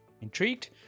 Intrigued